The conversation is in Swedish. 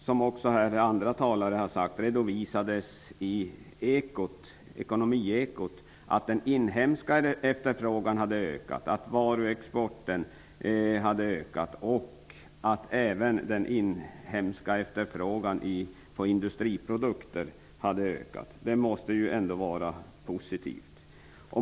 Som också andra talare här har sagt redovisade Ekonomiekot i går att den inhemska efterfrågan har ökat, att varuexporten har ökat och att även den inhemska efterfrågan på industriprodukter har ökat. Detta måste ju ändå vara positivt.